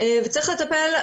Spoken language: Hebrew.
וצריך לטפל,